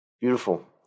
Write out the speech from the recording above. Beautiful